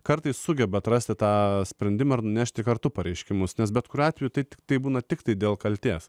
kartais sugeba atrasti tą sprendimą ar nunešti kartu pareiškimus nes bet kuriuo atveju taip tai būna tiktai dėl kaltės